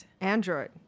Android